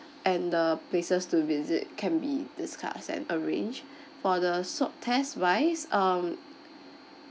and the places to visit can be discussed and arranged for the swab test wise um